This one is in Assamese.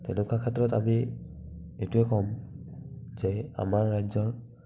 তেনেকুৱা ক্ষেত্ৰত আমি এইটোৱে কম যে আমাৰ ৰাজ্যৰ